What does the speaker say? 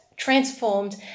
Transformed